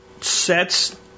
sets